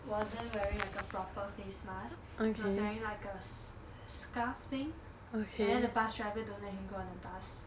wasn't wearing like a proper face mask he was wearing like a sc~ sc~ scarf thing and then the bus driver don't let him go on the bus